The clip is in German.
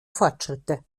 fortschritte